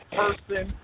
person